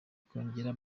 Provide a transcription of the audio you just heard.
kongere